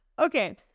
Okay